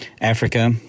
Africa